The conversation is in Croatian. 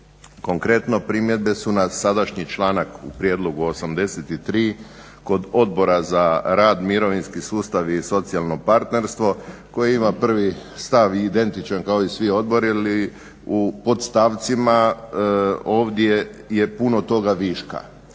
Konkretno primjedbe su na sadašnji članak u prijedlogu 83.kod Odbora za rad, mirovinski sustav i socijalno partnerstvo koje ima prvi stav identičan kao i svi odbori ili u podstavcima ovdje je puno toga viška.